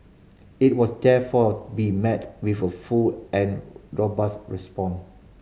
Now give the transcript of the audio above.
it was therefore be met with a full and robust response